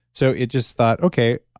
so it just thought, okay,